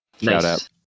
Nice